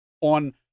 on